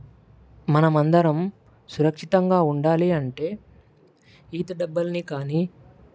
మనం అందరం సురక్షితంగా ఉండాలి అంటే ఈత డబ్బాల్ని కానీ